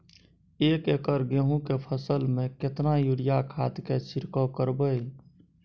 एक एकर गेहूँ के फसल में केतना यूरिया खाद के छिरकाव करबैई?